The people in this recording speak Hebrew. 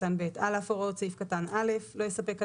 (ב)על אף הוראות סעיף קטן (א) (1)לא יספק אדם,